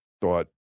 thought